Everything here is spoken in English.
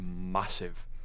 massive